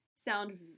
Sound